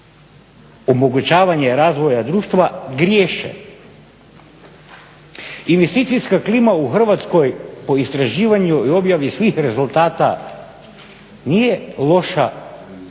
omogućavanje razvoja društva griješe. Investicijska klima u Hrvatskoj po istraživanju i objavi svih rezultata nije loša